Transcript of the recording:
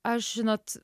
aš žinot